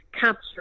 capture